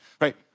right